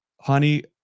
Honey